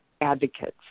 advocates